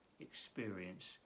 experience